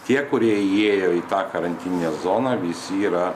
tie kurie įėjo į tą karantininę zoną visi yra